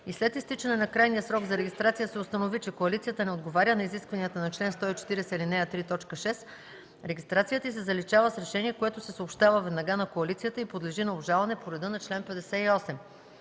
и след изтичане на крайния срок за регистрация се установи, че коалицията не отговаря на изискванията на чл. 140, ал. 3, т. 6, регистрацията й се заличава с решение, което се съобщава веднага на коалицията и подлежи на обжалване по реда на чл. 58.”